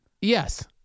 Yes